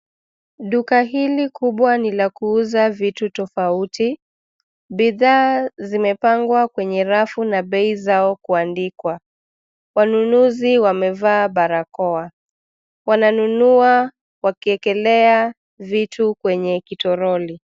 Duka hili kubwa ni la kuuza vitu tofauti. Bidhaa zimepangwa kwenye rafu na bei zao zimeandikwa. Wanunuzi wamevaa barakoa, wananunua wakiekelea vitu kwenye kitoroli.